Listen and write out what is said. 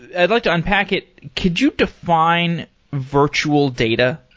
i'd like to unpack it. could you define virtual data?